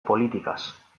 politikaz